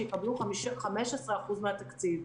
שיקבלו 15% מהתקציב.